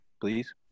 please